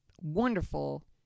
wonderful